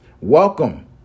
Welcome